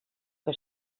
què